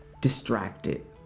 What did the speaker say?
distracted